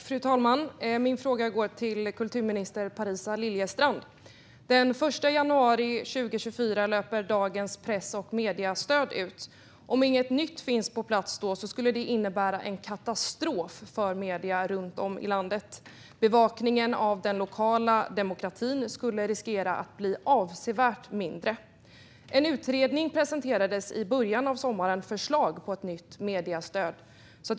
Fru talman! Min fråga går till kulturminister Parisa Liljestrand. Den 1 januari 2024 löper dagens press och mediestöd ut. Om inget nytt då finns på plats skulle det innebära en katastrof för medier runt om i landet. Bevakningen av den lokala demokratin skulle riskera att bli avsevärt mindre. En utredning presenterades i början av sommaren med förslag på ett nytt mediestöd.